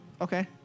Okay